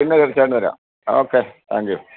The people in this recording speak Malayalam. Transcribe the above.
ഇല്ല തീർച്ചയായിട്ടും തരാം ഓക്കെ താങ്ക് യൂ